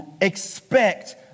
expect